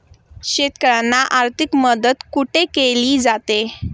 शेतकऱ्यांना आर्थिक मदत कुठे केली जाते?